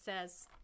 says